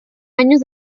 años